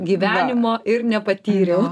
gyvenimo ir nepatyriau